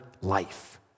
life